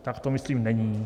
Tak to myslím není.